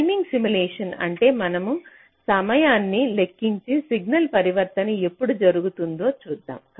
timing simulation అంటే మనం సమయాన్ని లెక్కించి సిగ్నల్ పరివర్తన ఎప్పుడు జరుగు తుందో చూద్దాం